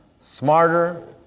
smarter